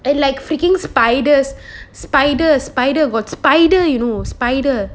and like freaking spiders spider spider got spider you know spider